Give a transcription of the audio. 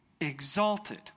exalted